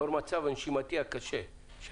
לאור המצב הנשימתי הקשה של